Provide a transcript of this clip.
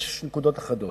יש נקודות אחדות.